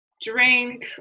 drink